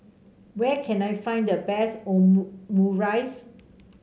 where can I find the best